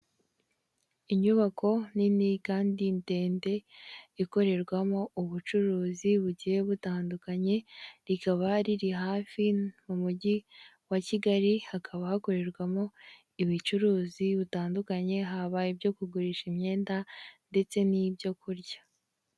Inyubako nini kandi ndende ikorerwamo ubucuruzi bugiye butandukanye rikaba riri hafi mu mujyi wa kigali hakaba hakorerwamo ubucuruzi bugiye bitandukanye haba ibyo kugurisha imyenda ndetse n' ibyo kurya.